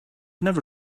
never